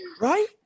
Right